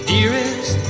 Dearest